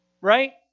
Right